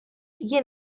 jien